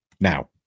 now